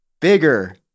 Bigger